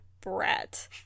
brat